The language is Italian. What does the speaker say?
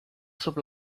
sopra